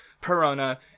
Perona